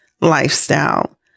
lifestyle